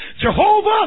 Jehovah